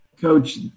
Coach